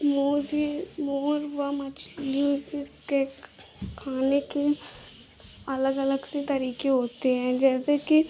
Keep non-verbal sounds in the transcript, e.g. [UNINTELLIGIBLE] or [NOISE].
मोर भी मोर व [UNINTELLIGIBLE] खाने की अलग अलग से तरीके होते हैं जैसे कि